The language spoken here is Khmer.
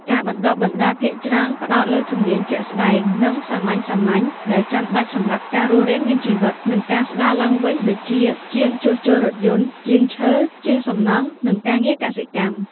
ការបណ្តុះបណ្តាលភាគច្រើនផ្តោតលើជំនាញជាក់ស្តែង និងសាមញ្ញៗដែលចាំបាច់សម្រាប់ការរស់រានមានជីវិត និងការស្តារឡើងវិញដូចជា ជាងជួសជុលរថយន្ត ជាងឈើ ជាងសំណង់ និងការងារកសិកម្ម។